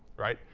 right?